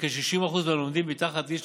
כאשר כ-60% מהלומדים מתחת גיל 35,